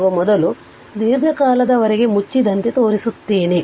ಆಗುವ ಮೊದಲು ದೀರ್ಘಕಾಲದವರೆಗೆ ಮುಚ್ಚಿದಂತೆ ತೋರಿಸುತ್ತೇನೆ